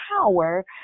power